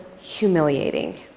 humiliating